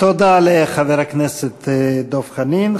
תודה רבה לחבר הכנסת דב חנין.